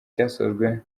cyasojwe